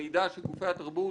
המידע שגופי התרבות